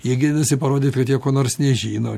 jie ginasi parodyt kad jie ko nors nežino